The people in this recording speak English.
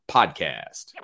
Podcast